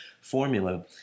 formula